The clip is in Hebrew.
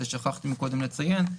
שכחתי לציין קודם,